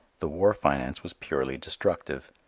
the war finance was purely destructive.